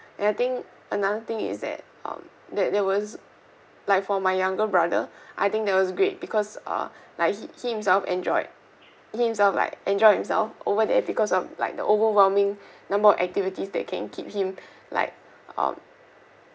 and I think another thing is that um that there was like for my younger brother I think that was great because ah like he himself enjoyed he himself like enjoyed himself over there because of like the overwhelming number of activities that can keep him like um